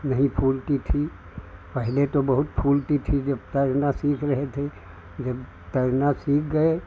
नहीं फूलती थी पहले तो बहुत फूलती थी जब तैरना सीख रहे थे जब तैरना सीख गए